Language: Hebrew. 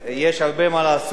יש הרבה מה לעשות,